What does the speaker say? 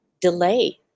delay